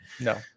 No